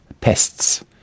pests